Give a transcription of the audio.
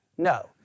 No